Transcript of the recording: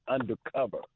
undercover